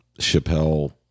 Chappelle